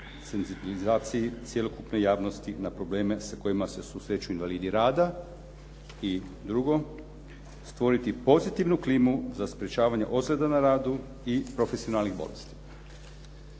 senzibilizaciji cjelokupne javnosti na probleme sa kojima se susreću invalidi rada i drugo, stvoriti pozitivnu klimu za sprečavanje ozljeda na radu i profesionalnih bolesti.